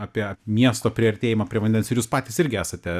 apie miesto priartėjimą prie vandens ir jūs patys irgi esate